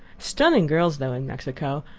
stunning girls, though, in mexico.